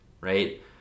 right